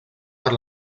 per